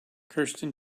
kirsten